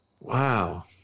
wow